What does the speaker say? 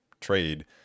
trade